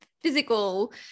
physical